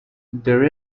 there